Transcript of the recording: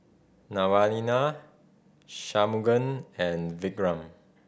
Naraina Shunmugam and Vikram